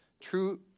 True